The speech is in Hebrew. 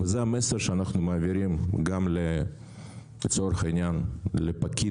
וזה המסר שאנחנו מעבירים גם לצורך העניין לפקיד